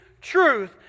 truth